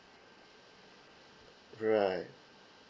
right